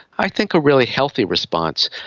i think a really healthy response,